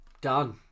done